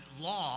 law